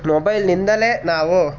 ಮೊಬೈಲ್ನಿಂದಲೇ ನಾವು